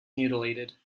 mutilated